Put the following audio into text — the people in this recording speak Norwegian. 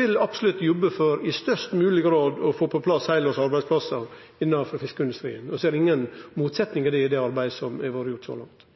vil absolutt jobbe for i størst mogleg grad å få på plass heilårs arbeidsplassar innanfor fiskeindustrien og ser ingen motsetnader i det arbeidet som har vore gjort så langt.